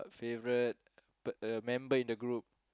favourite p~ uh member in the group